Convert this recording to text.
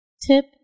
Tip